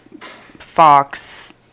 fox